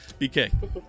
BK